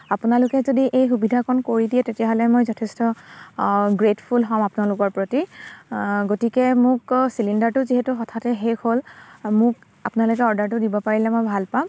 আপোনালোকে যদি এই সুবিধাকণ কৰি দিয়ে তেতিয়াহ'লে মই যথেষ্ট গ্ৰেটফুল হ'ম আপোনালোকৰ প্ৰতি গতিকে মোক চিলিণ্ডাৰটো যিহেতু হঠাতে শেষ হ'ল মোক আপোনালোকে অৰ্ডাৰটো দিব পাৰিলে মই ভাল পাম